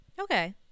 okay